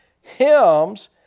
hymns